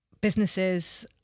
businesses